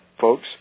folks